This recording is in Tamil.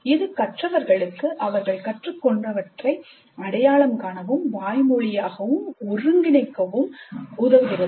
இது கற்றவர்களுக்கு அவர்கள் கற்றுக்கொண்டவற்றை அடையாளம் காணவும் வாய்மொழியாகவும் ஒருங்கிணைக்கவும் உதவுகிறது